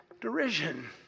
derision